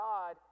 God